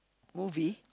movie